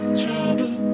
trouble